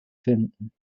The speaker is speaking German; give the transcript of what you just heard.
finden